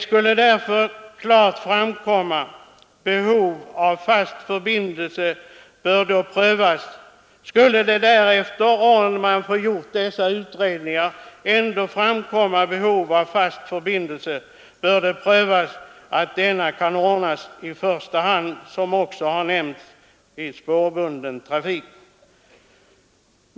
Skulle dessa utredningar visa att det föreligger behov av en fast förbindelse, bör det i första hand prövas om denna kan ordnas med spårbunden trafik.